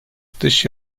dış